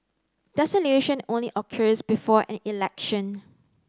dissolution only occurs before an election